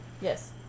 Yes